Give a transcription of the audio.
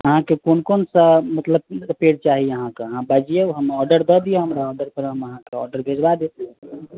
अहाँके कोन कोन सऽ मतलब पेड़ चाही अहाँ के अहाँ बाजियौ हम ऑडर दय दियौ हमरा ऑडर करम हम अहाँ के भेजबाऽ देब